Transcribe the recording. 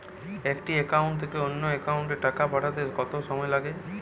একটি একাউন্ট থেকে অন্য একাউন্টে টাকা পাঠাতে কত সময় লাগে?